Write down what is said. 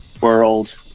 world